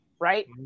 right